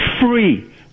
free